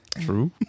True